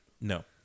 No